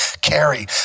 carry